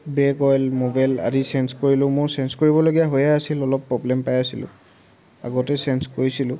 brake oil Mobil আদি change কৰিলোঁ মোৰ চেঞ্জ কৰিবলগীয়া হৈয়ে আছিল অলপ প্ৰব্লেম পাই আছিলোঁ আগতেও চেঞ্জ কৰিছিলোঁ